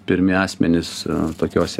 pirmi asmenys tokiose